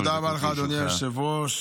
תודה רבה לך, אדוני היושב-ראש.